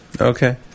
Okay